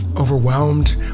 overwhelmed